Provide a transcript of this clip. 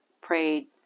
prayed